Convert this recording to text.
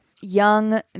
young